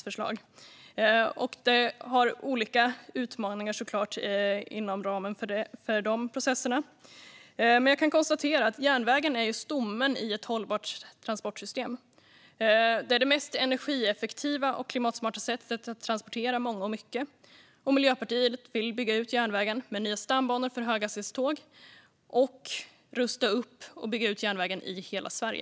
Det finns såklart olika utmaningar inom ramen för de processerna, men jag kan konstatera att järnvägen är stommen i ett hållbart transportsystem och det mest energieffektiva och klimatsmarta sättet att transportera många och mycket. Miljöpartiet vill bygga ut järnvägen med nya stambanor för höghastighetståg och rusta upp och bygga ut järnvägen i hela Sverige.